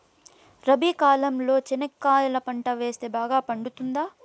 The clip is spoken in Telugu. రబి కాలంలో చెనక్కాయలు పంట వేస్తే బాగా పండుతుందా?